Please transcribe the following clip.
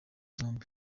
zombi